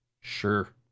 Sure